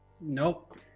Nope